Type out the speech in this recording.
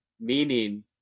meaning